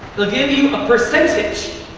it'll give you a percentage.